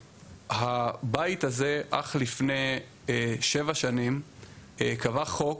הבית הזה אך לפני שבע שנים קבע חוק